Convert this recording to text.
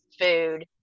food